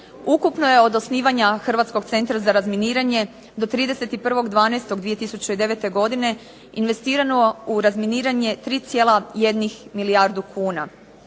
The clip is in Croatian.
Ukupno je od osnivanja Hrvatskog centra za razminiranje do 31. 12. 2009. godine investirano u razminiranje 3,1 milijardu kuna.